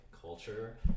culture